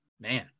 man